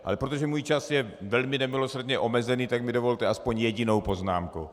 Ale protože můj čas je velmi nemilosrdně omezený, tak mi dovolte aspoň jedinou poznámku.